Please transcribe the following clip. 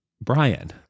Brian